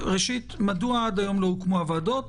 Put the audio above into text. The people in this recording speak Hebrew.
ראשית, מדוע עד היום לא הוקמו הוועדות.